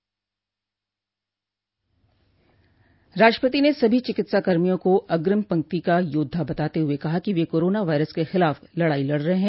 राष्ट्रपति ने सभी चिकित्साकर्मियों को अग्रिम पंक्ति का योद्धा बताते हुए कहा कि वे कोरोना वायरस के खिलाफ लड़ाई लड़ रहे हैं